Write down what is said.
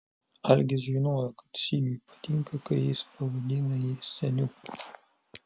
algis žinojo kad sigiui patinka kai jis pavadina jį seniu